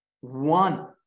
one